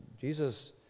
Jesus